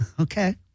Okay